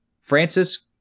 Francis